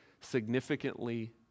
significantly